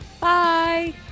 Bye